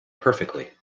perfectly